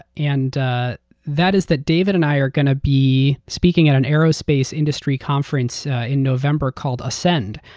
and that is that david and i are going to be speaking at an aerospace industry conference in november called ascend.